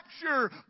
capture